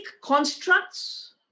constructs